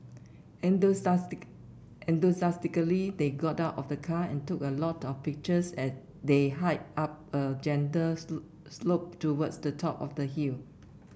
enthusiastic enthusiastically they got out of the car and took a lot of pictures as they hiked up a gentle slope towards the top of the hill